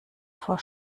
vor